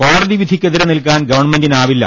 കോടതി വിധിക്കെതിരെ നിൽക്കാൻ ഗവൺമെന്റിനാവില്ല